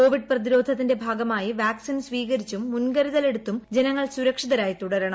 Covid പ്രതിരോധത്തിന്റെ ഭാഗമായി vaccine സ്വീകരിച്ചും മുൻകരുതലെടുത്തും ജനങ്ങൾ സുരക്ഷിതരായി തുടരണം